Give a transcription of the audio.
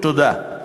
תודה.